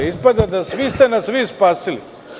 Ispada da svi ste nas vi spasili.